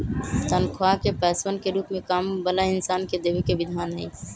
तन्ख्वाह के पैसवन के रूप में काम वाला इन्सान के देवे के विधान हई